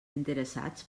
interessats